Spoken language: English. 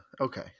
okay